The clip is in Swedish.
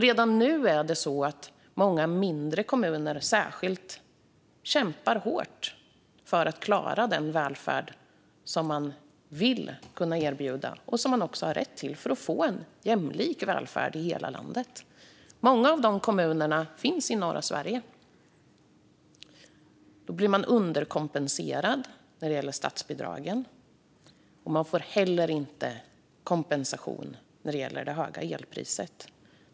Redan nu kämpar särskilt många mindre kommuner hårt för att klara den välfärd som de vill kunna erbjuda och som människor också har rätt till för att man ska få en jämlik välfärd i hela landet. Många av de kommunerna finns i norra Sverige. De blir underkompenserade när det gäller statsbidragen. De får heller inte kompensation för det höga elpriset.